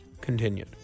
continued